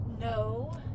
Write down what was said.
No